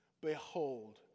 behold